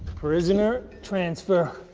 prisoner transfer.